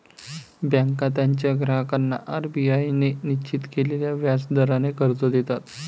बँका त्यांच्या ग्राहकांना आर.बी.आय ने निश्चित केलेल्या व्याज दराने कर्ज देतात